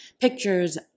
pictures